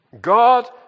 God